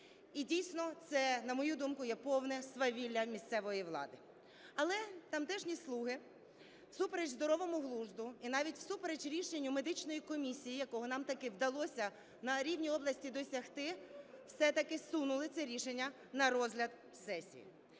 І дійсно це, на мою думку, є повне свавілля місцевої влади. Але тамтешні "слуги" всупереч здоровому глузду, і навіть всупереч рішенню медичної комісії, якого нам-таки вдалося на рівні області досягти, все-таки зсунули це рішення на розгляд сесії.